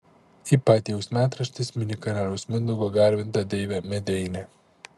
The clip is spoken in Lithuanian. ipatijaus metraštis mini karaliaus mindaugo garbintą deivę medeinę